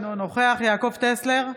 אינו נוכח יעקב טסלר,